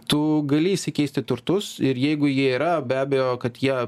tu gali išsikeisti turtus ir jeigu jie yra be abejo kad jie